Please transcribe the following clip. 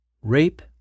Rape